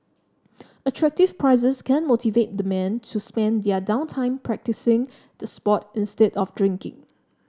attractive prizes can motivate the men to spend their down time practising the sport instead of drinking